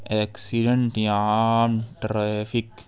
accident یا عام traffic